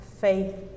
faith